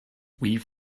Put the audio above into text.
weave